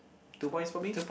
two points for me